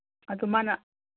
ꯑꯗꯨ ꯃꯥꯅ